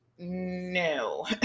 No